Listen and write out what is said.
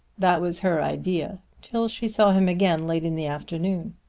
that was her idea till she saw him again late in the afternoon.